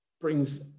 Brings